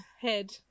head